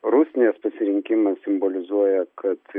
rusnės pasirinkimas simbolizuoja kad